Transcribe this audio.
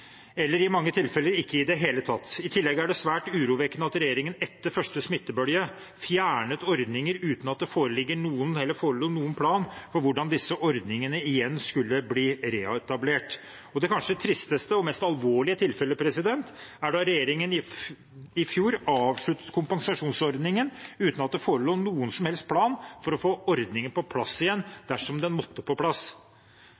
eller i mange tilfeller ikke i det hele tatt. I tillegg er det svært urovekkende at regjeringen etter første smittebølge fjernet ordninger uten at det forelå noen plan for hvordan disse ordningene igjen skulle bli reetablert. Det kanskje mest triste og mest alvorlige tilfellet var da regjeringen i fjor avsluttet kompensasjonsordningen uten at det forelå noen som helst plan for å få ordningen på plass